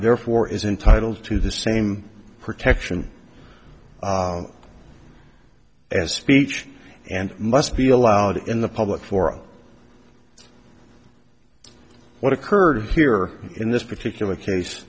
therefore is entitled to the same protection as speech and must be allowed in the public for what occurred here in this particular case